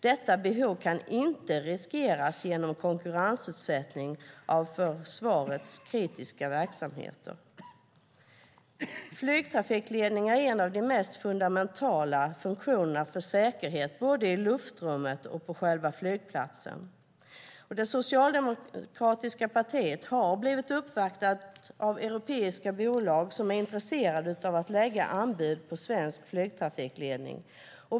Detta behov kan inte riskeras genom konkurrensutsättning av för försvaret kritiska verksamheter. Flygtrafikledning är en av de mest fundamentala funktionerna för säkerheten både i luftrummet och på själva flygplatsen. Det socialdemokratiska partiet har blivit uppvaktat av europeiska bolag som är intresserade av att lägga anbud på svensk flygtrafikledning.